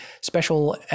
special